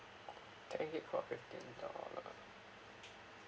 ten gig for fifteen dollar